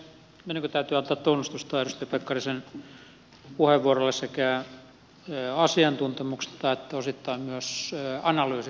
minunkin täytyy antaa tunnustusta edustaja pekkarisen puheenvuorolle sekä asiantuntemuksesta että osittain myös analyysista